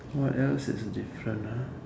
what else is different